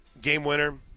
game-winner